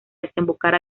desembocar